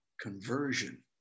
Conversion